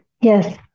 Yes